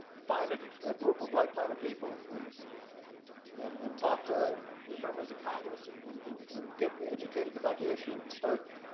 find a ah group of like-minded people, and and and and talk to your members of congress, and and and and get educated about the issue, and start